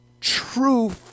true